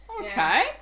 Okay